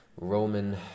Roman